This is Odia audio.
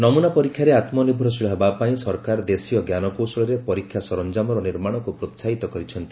ନମୁନା ପରୀକ୍ଷାରେ ଆତ୍କନିର୍ଭରଶୀଳ ହେବା ପାଇଁ ସରକାର ଦେଶୀୟ ଜ୍ଞାନକୌଶଳରେ ପରୀକ୍ଷା ସରଞ୍ଜାମର ନିର୍ମାଣକୁ ପ୍ରୋହାହିତ କରିଛନ୍ତି